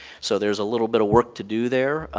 so there's a little bit of work to do there.